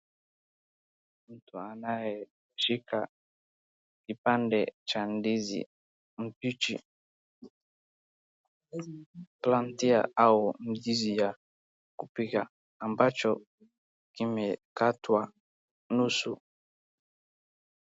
Mtu anayeshika kipande cha ndizi mbichi. Kuna mti au mzizi ya kupiga ambacho kimekatwa nusu.